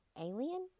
Alien